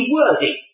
worthy